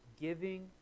giving